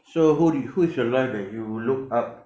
so who do y~ who is your life that you look up